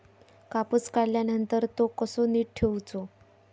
कापूस काढल्यानंतर तो कसो नीट ठेवूचो?